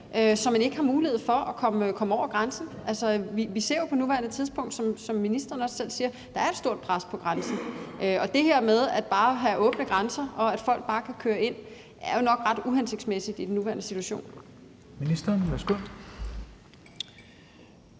så man ikke har mulighed for at komme over grænsen? Altså, vi ser jo på nuværende tidspunkt, som ministeren også selv siger, at der er et stort pres på grænsen, og det her med bare at have åbne grænser, og at folk bare kan køre ind, er jo nok ret uhensigtsmæssigt i den nuværende situation. Kl.